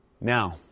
Now